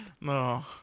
no